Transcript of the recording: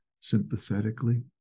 sympathetically